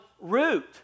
root